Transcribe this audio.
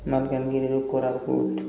ମାଲ୍କାନଗିରିରୁ Koraput